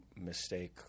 mistake